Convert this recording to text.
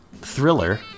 Thriller